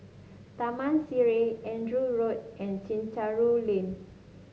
Taman Sireh Andrew Road and Chencharu Lane